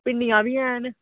भिडियां बी हैन